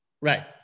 Right